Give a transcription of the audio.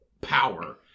power